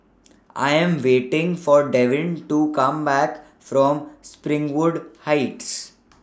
I Am waiting For Devin to Come Back from Springwood Heights